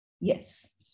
Yes